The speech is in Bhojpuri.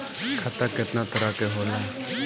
खाता केतना तरह के होला?